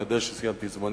אני יודע שסיימתי את זמני.